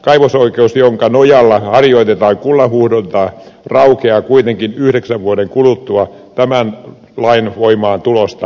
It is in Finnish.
kaivosoikeus jonka nojalla harjoitetaan kullanhuuhdontaa raukeaa kuitenkin yhdeksän vuoden kuluttua tämän lain voimaantulosta